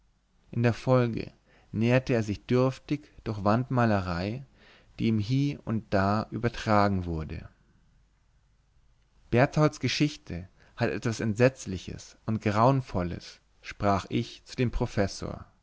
in der folge nährte er sich dürftig durch wandmalerei die ihm hie und da übertragen wurde bertholds geschichte hat etwas entsetzliches und grauenvolles sprach ich zu dem professor